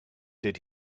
did